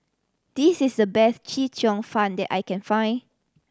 this is the best Chee Cheong Fun that I can find